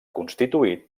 constituït